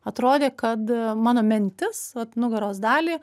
atrodė kad mano mentis vat nugaros dalį